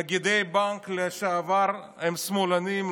נגידי בנק לשעבר הם שמאלנים,